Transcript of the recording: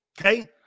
Okay